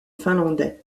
finlandais